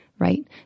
Right